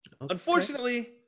Unfortunately